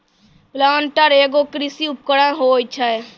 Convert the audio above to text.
planter एगो कृषि उपकरण होय छै